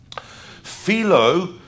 Philo